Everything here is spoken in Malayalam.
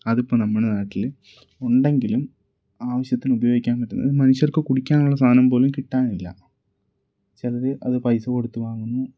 അതിപ്പം നമ്മുടെ നാട്ടിൽ ഉണ്ടെങ്കിലും ആവശ്യത്തിന് ഉപയോഗിക്കാൻ പറ്റുന്നത് മനുഷ്യർക്ക് കുടിക്കാനുള്ള സാധനം പോലും കിട്ടാനില്ല ചിലർ അത് പൈസ കൊടുത്തുവാങ്ങുന്നു